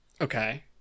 Okay